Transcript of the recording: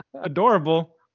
adorable